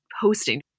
posting